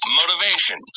motivation